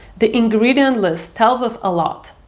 the ingredient list tells us a lot.